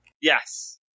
Yes